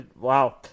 Wow